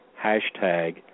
Hashtag